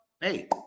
Hey